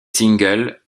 singles